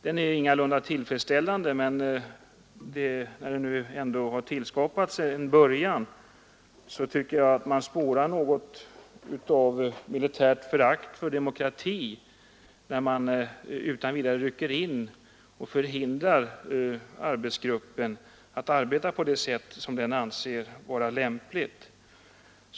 Den är ingalunda tillfredsställande men hade tillskapats som en början, och jag tycker att man spårar något av militärt förakt för demokratin, när myndigheterna utan vidare rycker in och förhindrar arbetsgruppen att arbeta på det sätt som den anser vara lämpligt.